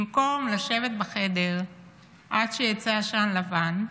במקום לשבת בחדר עד שיצא עשן לבן,